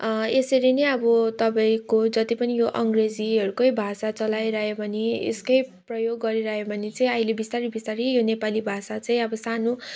यसरी नै अब तपाईँको जति पनि यो अङ्ग्रेजीहरूकै भाषा चलाइरह्यो भने यसकै प्रयोग गरिरह्यो भने चाहिँ अहिले बिस्तारी बिस्तारी यो नेपाली भाषा चाहिँ अब सानो